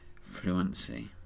fluency